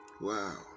Wow